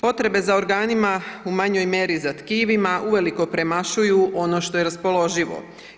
Potrebe za organima, u manjoj mjeri za tkivima uvelike premašuju ono što je raspoloživo.